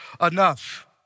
enough